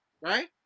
Right